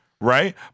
Right